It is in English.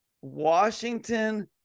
Washington